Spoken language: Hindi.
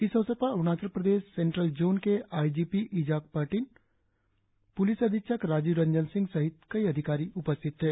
इस अवसर पर अरुणाचल प्रदेश सेंट्रल जोन के I G P Ijak Pertin police अधीक्षक राजीव रंजन सिंह सहित कई अधिकारी उपस्थित थे